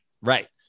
Right